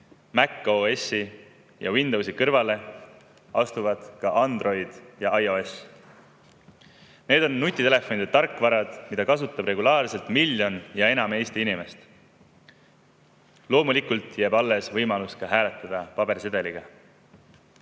macOS‑i ja Windowsi kõrvale astuvad ka Android ja iOS. Need on nutitelefonide tarkvarad, mida kasutab regulaarselt miljon ja enam Eesti inimest. Loomulikult jääb alles võimalus hääletada ka pabersedeliga.